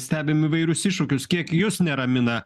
stebim įvairius iššūkius kiek jus neramina